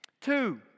Two